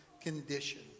condition